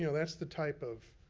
you know that's the type of